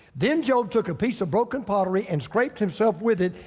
then job took a piece of broken pottery and scraped himself with it,